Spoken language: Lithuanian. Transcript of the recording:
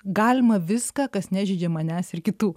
galima viską kas nežeidžia manęs ir kitų